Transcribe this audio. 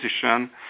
position